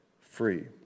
free